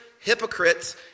hypocrites